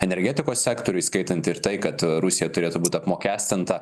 energetikos sektorių įskaitant ir tai kad rusija turėtų būti apmokestinta